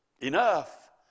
Enough